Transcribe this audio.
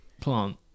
plant